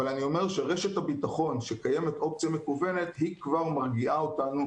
אבל אני אומר שרשת הביטחון שקיימת אופציה מקוונת היא כבר מרגיעה אותנו,